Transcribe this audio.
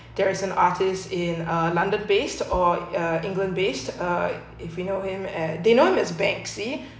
the there is an artist in uh london based or uh england based or if you know him they known as banksy